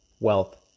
wealth